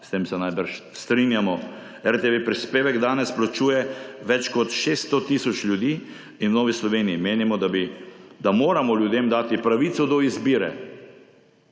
S tem se najbrž strinjamo. RTV prispevek danes plačuje več kot 600 tisoč ljudi in v Novi Sloveniji menimo, da moramo ljudem dati pravico do izbire.